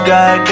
God